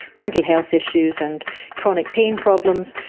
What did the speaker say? mental health issues and chronic pain problems.